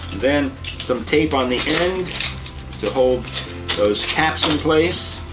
then some tape on the end to hold those caps in place.